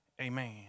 Amen